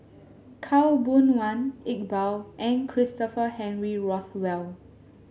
Khaw Boon Wan Iqbal and Christopher Henry Rothwell